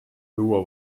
luua